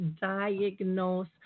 diagnose